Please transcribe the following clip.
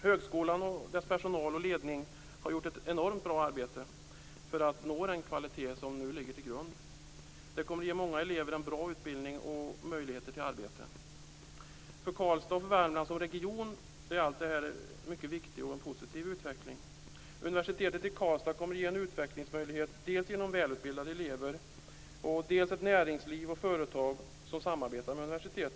Högskolan, dess personal och ledning har gjort ett enormt bra arbete för att nå den kvalitet som nu ligger till grund. Det kommer att ge många elever en bra utbildning och möjligheter till arbete. För Karlstad och Värmland som region är allt detta mycket viktigt och innebär en positiv utveckling. Universitetet i Karlstad kommer att ge en utvecklingsmöjlighet dels genom välutbildade elever, dels genom att näringsliv och företag samarbetar med universitetet.